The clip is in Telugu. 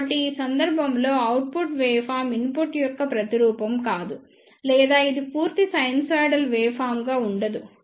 కాబట్టి ఈ సందర్భంలో అవుట్పుట్ వేవ్ ఫార్మ్ ఇన్పుట్ యొక్క ప్రతిరూపం కాదు లేదా ఇది పూర్తి సైనూసోయిడల్ వేవ్ ఫార్మ్ గా ఉండదు